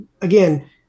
again